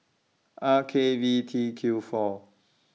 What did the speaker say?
R K V T Q four